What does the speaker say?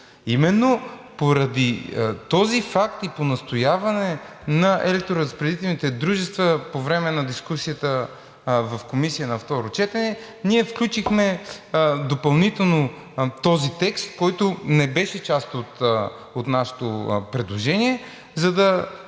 Именно поради този факт и по настояване на електроразпределителните дружества по време на дискусията в Комисията на второ четене ние включихме допълнително този текст, който не беше част от нашето предложение, за да